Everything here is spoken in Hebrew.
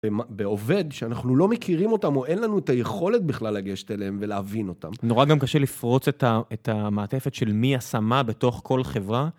בעובד שאנחנו לא מכירים אותם או אין לנו את היכולת בכלל לגשת אליהם ולהבין אותם. נורא גם קשה לפרוץ את המעטפת של מי עשה מה בתוך כל חברה.